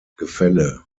gefälle